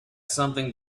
something